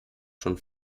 schon